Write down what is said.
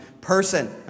person